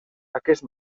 aquest